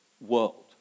world